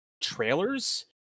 trailers